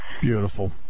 Beautiful